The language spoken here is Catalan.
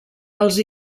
els